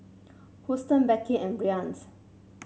Huston Becky and Bryant